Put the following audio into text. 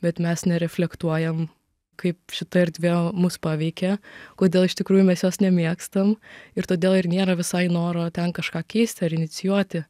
bet mes nereflektuojam kaip šita erdvė mus paveikė kodėl iš tikrųjų mes jos nemėgstam ir todėl ir nėra visai noro ten kažką keisti ar inicijuoti